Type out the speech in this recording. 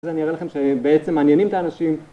אז אני אראה לכם שבעצם מעניינים את האנשים